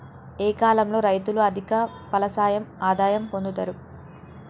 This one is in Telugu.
ఏ కాలం లో రైతులు అధిక ఫలసాయం ఆదాయం పొందుతరు?